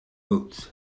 boots